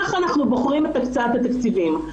כך אנחנו בוחרים את הקצאת התקציבים.